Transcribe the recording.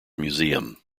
museum